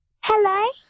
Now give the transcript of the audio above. Hello